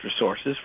resources